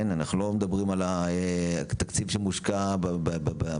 אנחנו לא מדברים על התקציב שמושקע בטלוויזיה,